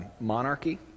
monarchy